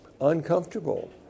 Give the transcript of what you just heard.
uncomfortable